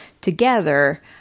together